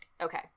Okay